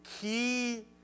key